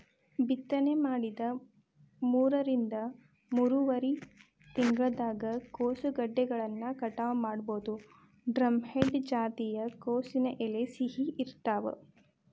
ಬಿತ್ತನೆ ಮಾಡಿದ ಮೂರರಿಂದ ಮೂರುವರರಿ ತಿಂಗಳದಾಗ ಕೋಸುಗೆಡ್ಡೆಗಳನ್ನ ಕಟಾವ ಮಾಡಬೋದು, ಡ್ರಂಹೆಡ್ ಜಾತಿಯ ಕೋಸಿನ ಎಲೆ ಸಿಹಿ ಇರ್ತಾವ